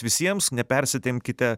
visiems nepersitempkite